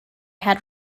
had